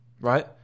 Right